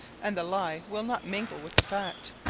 and the ley will not mingle with the fat.